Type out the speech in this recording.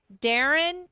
Darren